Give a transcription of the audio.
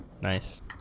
Nice